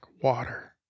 water